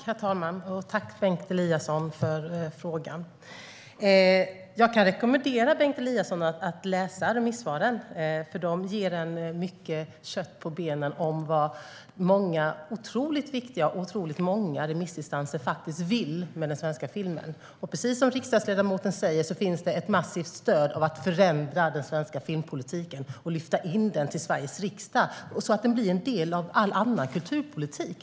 Herr talman! Tack, Bengt Eliasson, för frågan. Jag kan rekommendera Bengt Eliasson att läsa remissvaren. De ger mycket kött på benen om vad många och otroligt viktiga remissinstanser vill med den svenska filmen. Precis som riksdagsledamoten säger finns det ett massivt stöd för att förändra den svenska filmpolitiken och lyfta in den till Sveriges riksdag så att den blir en del av all annan kulturpolitik.